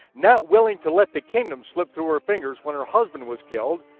not willing to let the kingdom slip through her fingers when her husband was killed,